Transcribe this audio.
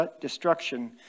destruction